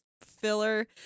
filler